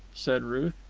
said ruth.